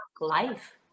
life